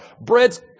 Bread's